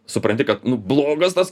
supranti kad nu blogas tas